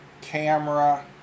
camera